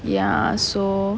ya so